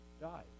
die